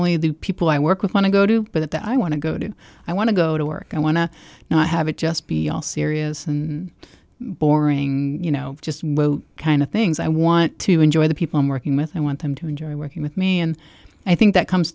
only the people i work with want to go to but that i want to go to i want to go to work i want to not have it just be all serious and boring you know just kind of things i want to enjoy the people i'm working with i want them to enjoy working with me and i think that comes